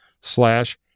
slash